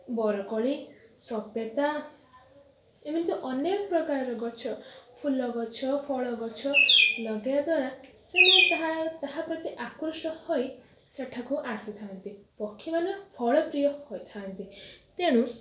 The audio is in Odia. ବରକୋଳି ସପେଟା ଏମିତି ଅନେକ ପ୍ରକାର ଗଛ ଫୁଲ ଗଛ ଫଳ ଗଛ ଲଗାଇବା ଦ୍ୱାରା ତାହା ତାହା ପ୍ରତି ଆକୃଷ୍ଟ ହୋଇ ସେଠାକୁ ଆସିଥାନ୍ତି ପକ୍ଷୀମାନ ଫଳ ପ୍ରିୟ ହୋଇଥାନ୍ତି ତେଣୁ